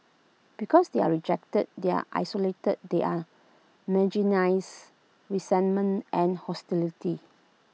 because they are rejected they are isolated they are marginalise resentment and hostility